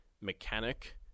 mechanic